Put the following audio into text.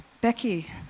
Becky